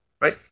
right